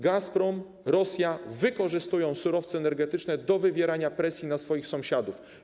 Gazprom, Rosja wykorzystują surowce energetyczne do wywierania presji na swoich sąsiadów.